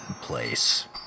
Place